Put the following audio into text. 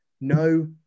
No